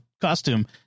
costume